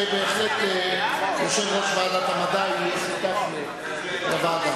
מציע שיושב-ראש ועדת המדע יהיה שותף לוועדה.